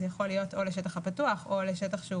זה יכול להיות או לשטח הפתוח או לשטח שהוא